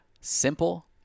simple